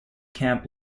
camp